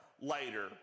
later